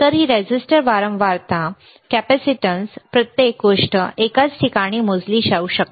तर ही रेझिस्टर वारंवारता कॅपेसिटन्स प्रत्येक गोष्ट एकाच ठिकाणी मोजली जाऊ शकते